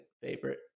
favorite